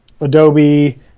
Adobe